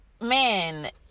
man